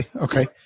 Okay